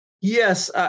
Yes